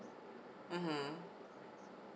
(uh huh)